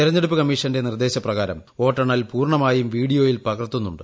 തെരഞ്ഞെടുപ്പ് കമ്മീഷന്റെ നിർദ്ദേശപ്രകാരം വോട്ടെണ്ണൽ പൂർണമായും വീഡിയോയിൽ പകർത്തുന്നുണ്ട്